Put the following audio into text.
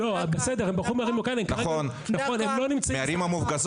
אני שוחחתי עם צביקה, מנכ"ל יד ושם.